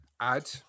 add